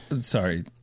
sorry